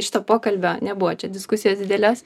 šito pokalbio nebuvo čia diskusijos didelės